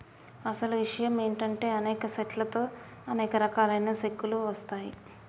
అసలు ఇషయం ఏంటంటే అనేక సెట్ల తో అనేక రకాలైన సెక్కలు వస్తాయి